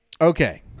Okay